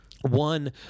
One